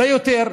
ביותר,